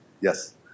Yes